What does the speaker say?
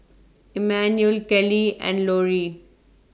Emmanuel Keli and Lorri